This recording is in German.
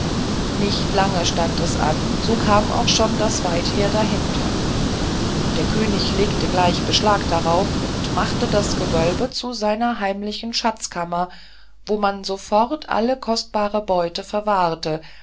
nicht lange stand es an so kam auch schon das waidheer dahinter der könig legte gleich beschlag darauf und machte das gewölbe zu seiner heimlichen schatzkammer wo man sofort alle kostbare beute verwahrte